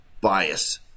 bias